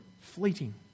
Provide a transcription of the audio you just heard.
fleeting